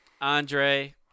Andre